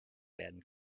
werden